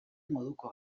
moduko